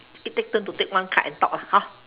quickly take turn to take one card and talk ah hor